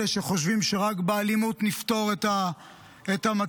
אלה שחושבים שרק באלימות נפתור את המצב,